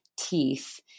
teeth